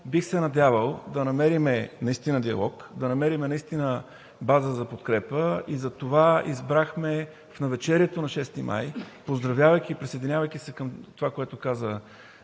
бих се надявал да намерим наистина диалог, да намерим наистина база за подкрепа, и затова избрахме в навечерието на 6-и май, присъединявайки се към това, което каза